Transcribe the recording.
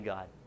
God